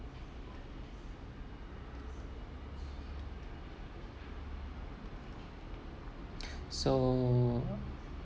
so